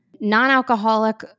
non-alcoholic